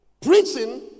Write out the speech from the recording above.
Preaching